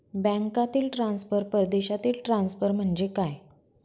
बँकांतील ट्रान्सफर, परदेशातील ट्रान्सफर म्हणजे काय?